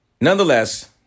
nonetheless